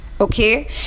Okay